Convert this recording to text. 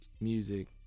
music